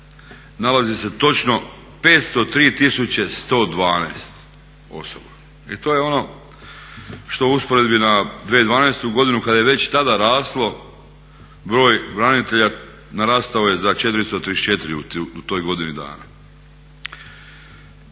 nalazi se točno 503 tisuće 112 osoba i to je ono što u usporedbi na 2012. godinu kada je već i tada raslo broj branitelja narastao je za 434 u toj godini dana.